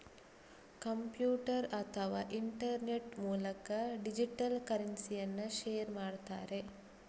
computer ಅಥವಾ internet ಮೂಲಕ digital ಕರೆನ್ಸಿಯನ್ನ ಶೇರ್ ಮಾಡ್ತಾರೆ